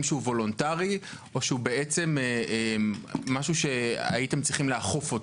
וולונטרי או משהו שהייתם צריכים לאכוף אותו.